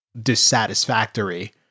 dissatisfactory